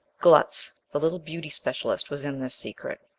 glutz, the little beauty specialist was in this secret.